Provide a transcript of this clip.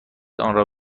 آنرا